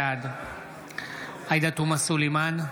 בעד עאידה תומא סלימאן,